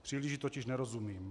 Příliš jí totiž nerozumím.